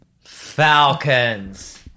Falcons